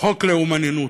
"חוק לאומננות",